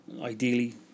ideally